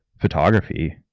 photography